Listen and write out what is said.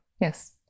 Yes